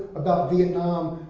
about vietnam,